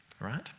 right